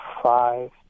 five